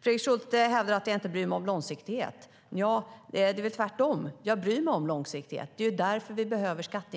Fredrik Schulte hävdar att jag inte bryr mig om långsiktighet. Det är väl tvärtom. Jag bryr mig om långsiktighet. Det är därför vi behöver skatteintäkter.